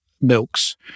milks